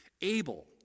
Abel